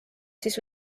siis